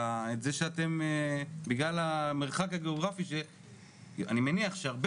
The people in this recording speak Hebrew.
אני מניח שבגלל המרחק הגיאוגרפי הרבה